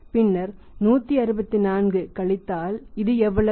பின்னர் 164 கழித்தல் இது எவ்வளவு